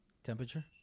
Temperature